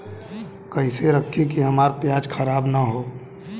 कइसे रखी कि हमार प्याज खराब न हो?